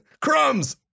Crumbs